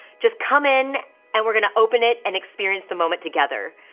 just come in and we're gonna open it and experience the moment together,